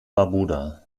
barbuda